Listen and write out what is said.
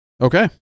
Okay